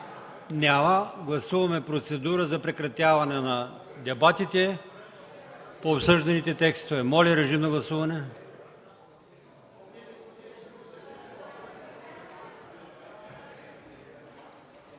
Няма. Гласуваме процедура за прекратяване на дебатите по обсъжданите текстове. Гласували